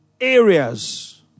areas